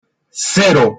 cero